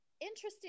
interesting